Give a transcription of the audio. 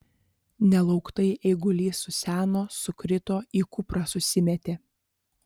nelauktai eigulys suseno sukrito į kuprą susimetė